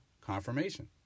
confirmation